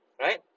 right